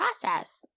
process